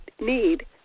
need